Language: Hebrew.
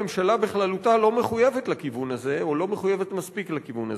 הממשלה בכללותה לא מחויבת לכיוון הזה או לא מחויבת מספיק לכיוון הזה.